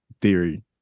theory